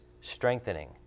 strengthening